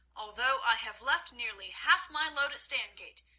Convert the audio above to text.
although i have left nearly half my load at stangate,